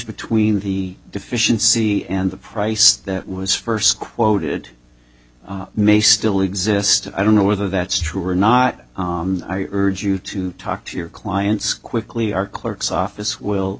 between the deficiency and the price that was first quoted may still exist and i don't know whether that's true or not urge you to talk to your clients quickly are clerk's office will